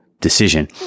decision